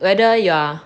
whether you are